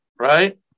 right